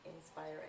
inspiring